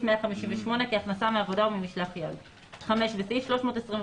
158 כהכנסה מעבודה או ממשלח יד"; (5)בסעיף 320(ח),